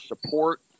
support